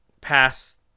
pass